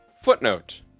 Footnote